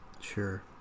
Sure